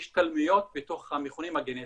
השתלמויות בתוך המכונים הגנטיים.